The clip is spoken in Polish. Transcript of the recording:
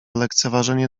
lekceważenie